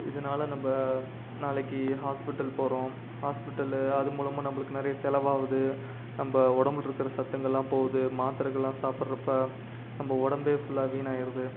இதனால நம்ம நாளைக்கு ஹாஸ்பிட்டல் போகிறோம் ஹாஸ்பிட்டலு அது மூலமாக நம்மளுக்கு நிறைய செலவாகுது நம்ம உடம்புல இருக்கிற சத்துங்கள்லாம் போது மாத்திரைகள்லாம் சாப்பிட்றப்ப நம்ம உடம்பே ஃபுல்லாக வீணாயிடுது